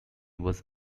was